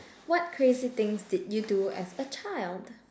what crazy things did you do as a child